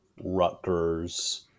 Rutgers